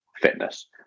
fitness